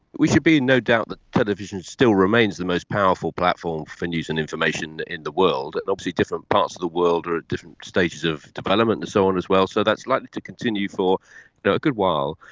we should be in no doubt that television still remains the most powerful platform for news and information in the world, and obviously different parts of the world are at different stages of development and so on as well, so that's likely to continue for a good while.